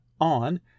on